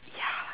ya